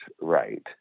right